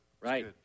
Right